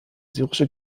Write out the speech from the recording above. syrische